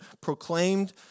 proclaimed